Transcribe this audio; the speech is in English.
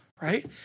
right